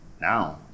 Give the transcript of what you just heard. now